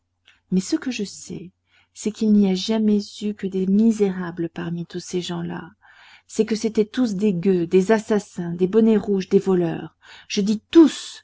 mais ce que je sais c'est qu'il n'y a jamais eu que des misérables parmi tous ces gens-là c'est que c'étaient tous des gueux des assassins des bonnets rouges des voleurs je dis tous